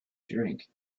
drink